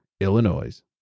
Illinois